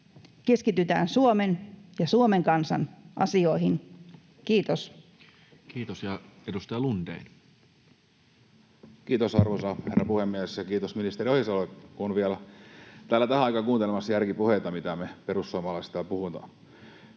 Keskitytään Suomen ja Suomen kansan asioihin. — Kiitos. Kiitos. — Ja edustaja Lundén. Kiitos, arvoisa herra puhemies! Ja kiitos ministeri Ohisalolle, kun on vielä täällä tähän aikaan kuuntelemassa järkipuheita, mitä me perussuomalaiset täällä puhutaan.